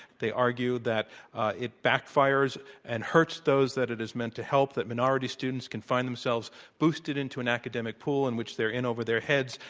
they argue that it backfires and hurts those that it is meant to help, that minority students can find themselves boosted into an academic pool in which they're in over their heads,